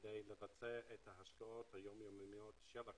כדי לבצע את ההשקעות היום יומיות של הקרן,